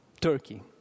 Turkey